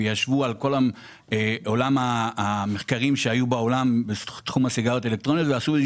שראו את כל המחקרים שהיו בעולם בתחום הזה של הסיגריות האלקטרוניות,